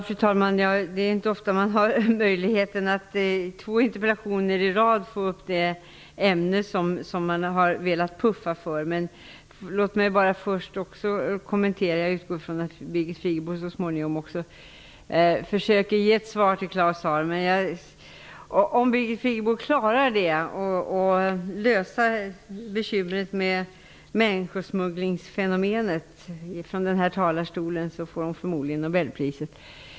Fru talman! Det är inte ofta som det ämne man har velat puffa för kommer upp i två interpellationsdebatter i rad. Jag utgår från att Birgit Friggebo så småningom kommer att försöka ge ett svar till Claus Zaar. Om Birgit Friggebo klarar av att från den här talarstolen lösa bekymret med människosmugglingsfenomenet, får hon förmodligen Nobelpriset.